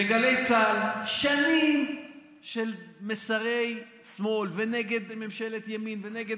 בגלי צה"ל שנים של מסרי שמאל, נגד ממשלת ימין ונגד